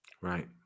right